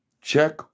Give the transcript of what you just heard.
Check